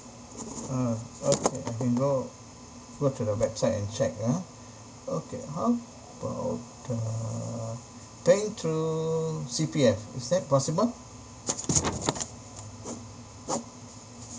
uh okay I can go go through the website and check ah okay how about uh paying through C_P_F is that possible